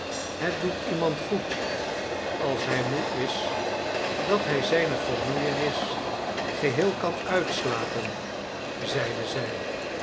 het doet iemand goed als hij moe is dat hij zijne vermoeienis geheel kan uitelapen zeide zij